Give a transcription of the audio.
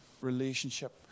relationship